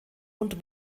und